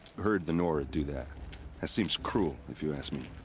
heard the nora do that. that seems cruel, if you ask me.